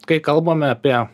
kai kalbame apie